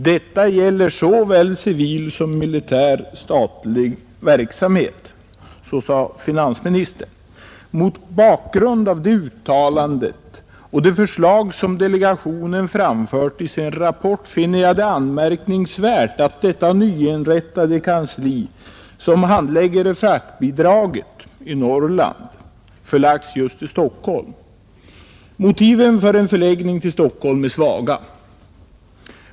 Detta gäller såväl civil som militär statlig verksamhet.” Mot bakgrunden av det uttalandet och de förslag som delegationen framfört i sin rapport finner jag det anmärkningsvärt att detta nyinrättade kansli, som handlägger fraktbidraget i Norrland, förlagts just till Stockholm. Motiven för en förläggning till Stockholm är svaga.